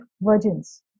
virgins